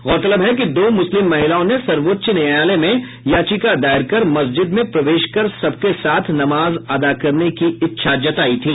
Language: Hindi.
गौरतलब है कि दो मुस्लिम महिलाओं ने सर्वोच्च न्यायालय में याचिका दायर कर मस्जिद में प्रवेश कर सबके साथ नमाज अदा करने की इच्छा जतायी थी